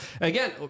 Again